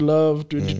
Love